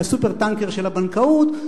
וה"סופר-טנקר" של הבנקאות.